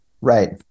Right